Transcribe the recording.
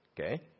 Okay